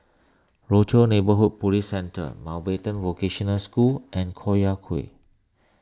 Rochor Neighborhood Police Centre Mountbatten Vocational School and Collyer Quay